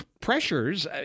pressures